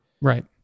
Right